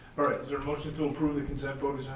alright, is there a motion to approve the consent vote.